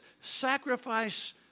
sacrifice